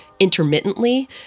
intermittently